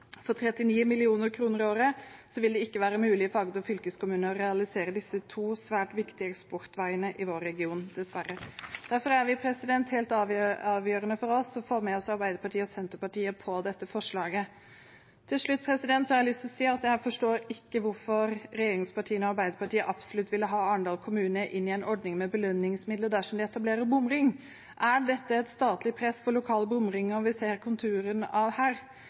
For 39 mill. kr i året vil det ikke være mulig for Agder fylkeskommune å realisere disse to svært viktige eksportveiene i vår region, dessverre. Derfor er det helt avgjørende for oss å få med oss Arbeiderpartiet og Senterpartiet på dette forslaget. Til slutt har jeg lyst til å si at jeg ikke forstår hvorfor regjeringspartiene og Arbeiderpartiet absolutt vil ha Arendal kommune inn i en ordning med belønningsmidler dersom de etablerer en bomring. Er det et statlig press på lokale bomringer vi ser konturene av her?